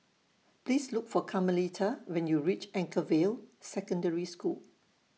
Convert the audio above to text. Please Look For Carmelita when YOU REACH Anchorvale Secondary School